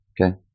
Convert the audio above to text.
Okay